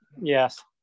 Yes